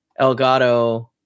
Elgato